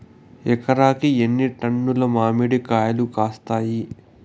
ఎకరాకి ఎన్ని టన్నులు మామిడి కాయలు కాస్తాయి?